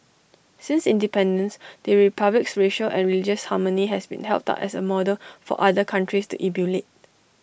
since independence the republic's racial and religious harmony has been held up as A model for other countries to emulate